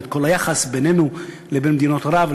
ואת כל היחס בינינו לבין מדינות ערב,